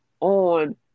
on